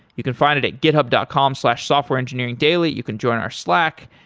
you can find it at github dot com slash softwareengineeringdaily. you can join our slack,